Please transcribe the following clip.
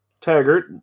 Taggart